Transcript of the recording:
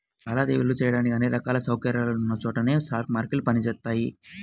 లావాదేవీలు చెయ్యడానికి అన్ని రకాల సౌకర్యాలున్న చోటనే స్పాట్ మార్కెట్లు పనిచేత్తయ్యి